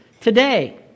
today